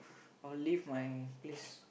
I'll leave my place